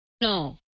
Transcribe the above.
No